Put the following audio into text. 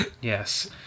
Yes